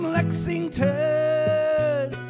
Lexington